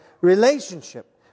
relationship